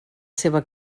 seva